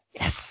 Yes